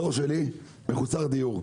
הדור שלי מחוסר דיור,